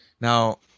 Now